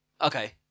Okay